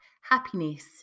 happiness